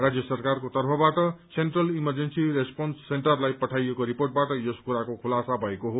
राज्य सरकारको तर्फबाट सेन्ट्रल इमरजेन्सी रेस्पोन्स सेन्टरलाई पठाइएको रिपोर्टबाट यस कुराको खुलासा भएको हो